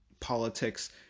politics